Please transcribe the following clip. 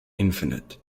infinite